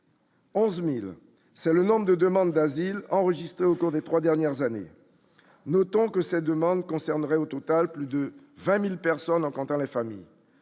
11000 c'est le nombre de demandes d'asile enregistrées au cours des 3 dernières années, notons que ça demande concernerait au total plus de 20000 personnes en comptant les familles,